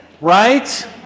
right